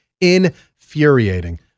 Infuriating